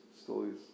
stories